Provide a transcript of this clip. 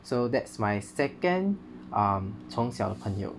so that's my second um 从小的朋友